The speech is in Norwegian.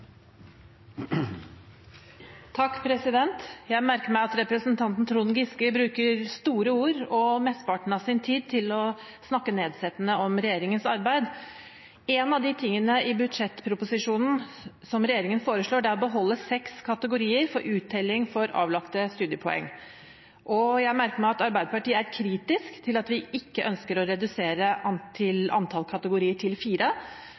Jeg merker meg at representanten Trond Giske bruker store ord og mesteparten av sin tid til å snakke nedsettende om regjeringens arbeid. En av de tingene i budsjettproposisjonen som regjeringen foreslår, er å beholde seks kategorier for uttelling for avlagte studiepoeng. Jeg merker meg at Arbeiderpartiet er kritisk til at vi ikke ønsker å redusere antall kategorier til fire.